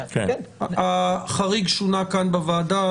החריג שונה כאן בוועדה,